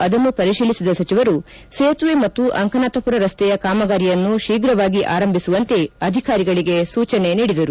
ಅದನ್ನು ಪರಿತೀಲಿಸಿದ ಸಚಿವರು ಸೇತುವೆ ಮತ್ತು ಅಂಕನಾಥಪುರ ರಸ್ತೆಯ ಕಾಮಗಾರಿಯನ್ನು ಶೀಘವಾಗಿ ಆರಂಭಿಸುವಂತೆ ಅಧಿಕಾರಿಗಳಿಗೆ ಸೂಚನೆ ನೀಡಿದರು